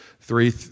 Three